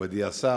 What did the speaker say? מכובדי השר,